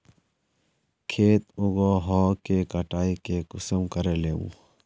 खेत उगोहो के कटाई में कुंसम करे लेमु?